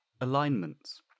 alignments